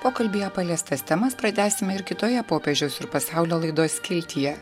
pokalbyje paliestas temas pratęsime ir kitoje popiežiaus ir pasaulio laidos skiltyje